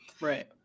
Right